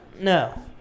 no